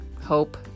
hope